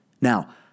Now